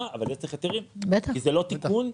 אבל לזה צריך היתרים כי זה לא תיקון.